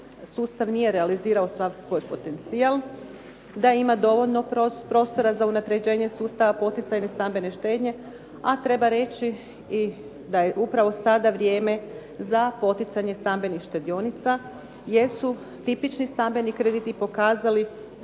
da sustav nije realizirao sav svoj potencijal, da ima dovoljno prostora za unapređenje sustava poticajne stambene štednje, a treba reći i da je upravo sada vrijeme za poticanje stambenih štedionica jer su tipični stambeni krediti pokazali